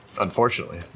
unfortunately